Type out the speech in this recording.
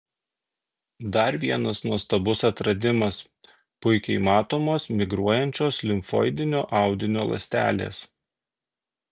dar vienas nuostabus atradimas puikiai matomos migruojančios limfoidinio audinio ląstelės